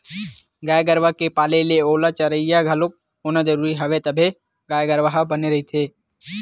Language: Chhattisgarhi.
गाय गरुवा के पाले ले ओला चरइया घलोक होना जरुरी हवय तभे गाय गरु ह बने रइही